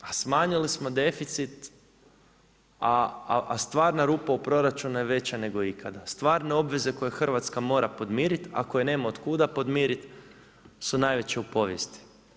A smanjili smo deficit a stvarna rupa u proračunu je veća nego ikada, stvarna obveza koje Hrvatska mora podmiriti a koje nema od kuda podmiriti, su najveće u povijesti.